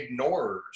ignorers